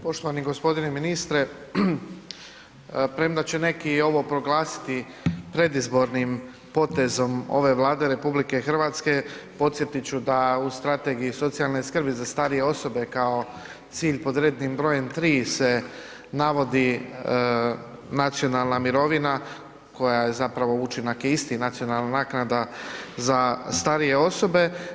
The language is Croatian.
Poštovani gospodine ministre premda će neki i ovo proglasiti predizbornim potezom ove Vlada RH podsjetit ću da u Strategiji socijalne skrbi za starije osobe kao cilj pod rednim brojem 3 se navodi nacionalna mirovina koja zapravo učinak je isti, nacionalna naknada za starije osobe.